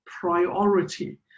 priority